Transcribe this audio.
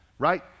right